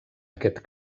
aquest